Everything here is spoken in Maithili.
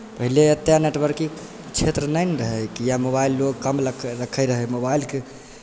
पहिले एतेक नेटवर्किंग क्षेत्र नहि ने रहै किए मोबाइल लोक कम लखै रखैत रहै मोबाइलके